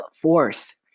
force